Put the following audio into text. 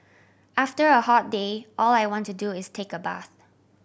after a hot day all I want to do is take a bath